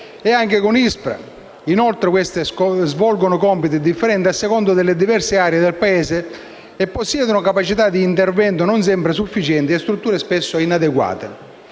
e anche con l'ISPRA. Inoltre, queste svolgono compiti differenti a seconda delle diverse aree del Paese e possiedono capacità di intervento non sempre sufficienti e strutture spesso inadeguate.